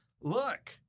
look